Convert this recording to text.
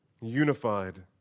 Unified